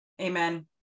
Amen